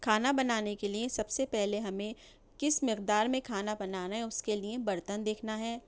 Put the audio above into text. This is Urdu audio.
کھانا بنانے کے لیے سب سے پہلے ہمیں کس مقدار میں کھانا بنانا ہے اس کے لیے برتن دیکھنا ہے